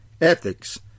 ethics